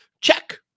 Check